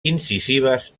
incisives